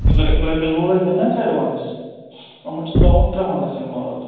اگر أمۍ رۄپیَس وُہ لَچھ دِنۍ نہ اَسہِ اٮ۪ڈوانٕس یِمَن چھِ ترٛاوُن تٕرٛہَن لَچھَن مال